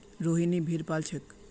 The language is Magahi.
रोहिनी भेड़ पा ल छेक